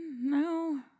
No